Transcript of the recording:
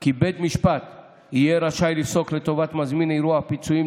כי בית משפט יהיה רשאי לפסוק לטובת מזמין האירוע פיצויים,